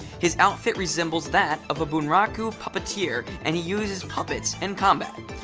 his outfit resembles that of a bunraku puppeteer, and he uses puppets in combat.